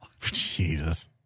Jesus